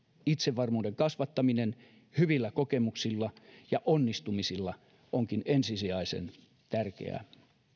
itsevarmuuden kasvattaminen hyvillä kokemuksilla ja onnistumisilla onkin ensisijaisen tärkeää